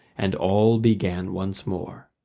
and all began once more.